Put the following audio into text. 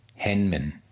Henman